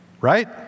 right